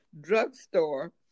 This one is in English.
drugstore